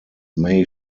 may